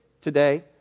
today